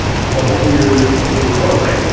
but when you're when you're broke,